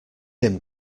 him